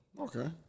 Okay